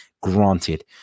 granted